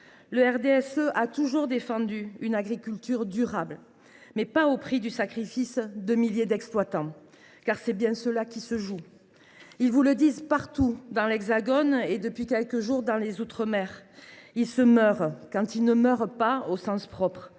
Le RDSE a toujours défendu une agriculture durable, mais pas au prix du sacrifice de milliers d’exploitants, car c’est bien cela qui se joue. Les agriculteurs vous le disent partout : dans l’Hexagone comme, depuis quelques jours, dans les outre mer. Ils se meurent, quand ils ne meurent pas au sens propre,